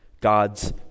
God's